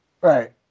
Right